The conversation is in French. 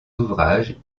ouvrages